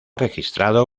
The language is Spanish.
registrado